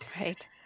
Right